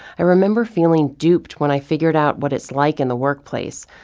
i remember feeling duped when i figured out what it's like in the workplace.